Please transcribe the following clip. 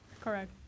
correct